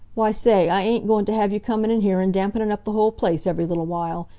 why say, i ain't goin' t' have you comin' in here an' dampenin' up the whole place every little while!